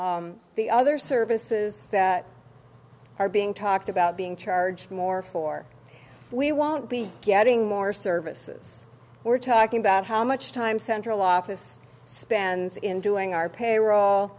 us the other services that are being talked about being charged more for we won't be getting more services we're talking about how much time central office spends in doing our payroll